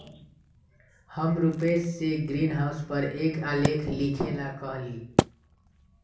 हम रूपेश से ग्रीनहाउस पर एक आलेख लिखेला कहली